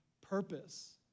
purpose